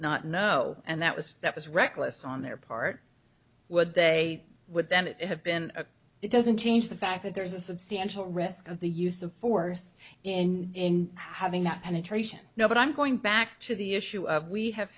not know and that was that was reckless on their part would they would then have been it doesn't change the fact that there's a substantial risk of the use of force in having that penetration no but i'm going back to the issue of we have